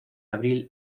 abril